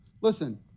Listen